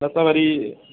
न त वरी